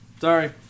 Sorry